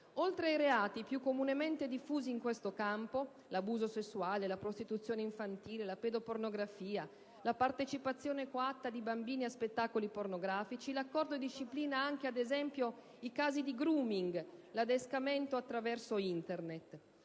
Oltre ai reati più comunemente diffusi in questo campo (abuso sessuale, prostituzione infantile, pedopornografia, partecipazione coatta di bambini a spettacoli pornografici), l'accordo disciplina anche, ad esempio, i casi di *grooming* (adescamento attraverso Internet)